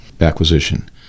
acquisition